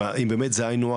אם זה באמת הינוח,